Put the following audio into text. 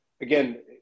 Again